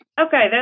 Okay